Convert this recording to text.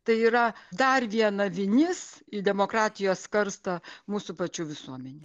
tai yra dar viena vinis į demokratijos karstą mūsų pačių visuomenė